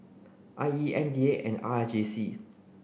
I E M D A and R J C